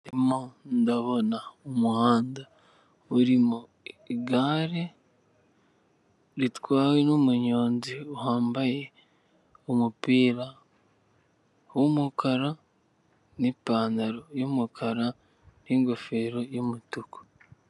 Ndimo ndabona umuhanda urimo igare ritwawe n'umuyonzi wambaye umupira w'umukara n'ipantaro y'umukara ningofero y'umutuku.